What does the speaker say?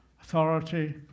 authority